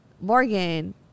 Morgan